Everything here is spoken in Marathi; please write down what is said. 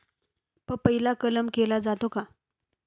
पपईला कलम केला जातो का?